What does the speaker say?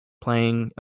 playing